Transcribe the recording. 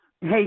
Hey